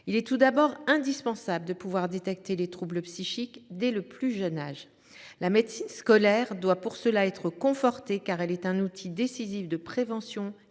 Il est tout d’abord indispensable de pouvoir détecter les troubles psychiques dès le plus jeune âge. Pour cela, la médecine scolaire doit être confortée, car elle est un outil décisif de prévention